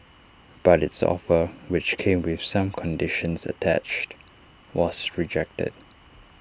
but its offer which came with some conditions attached was rejected